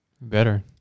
Better